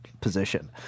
position